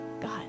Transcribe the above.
God